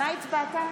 מה הצבעת?